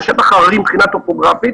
זה שטח הררי מבחינה טופוגרפית,